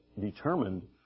determined